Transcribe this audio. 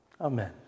Amen